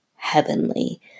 Heavenly